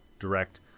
direct